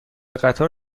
قطار